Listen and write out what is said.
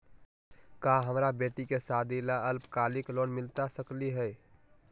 का हमरा बेटी के सादी ला अल्पकालिक लोन मिलता सकली हई?